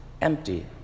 empty